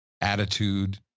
attitude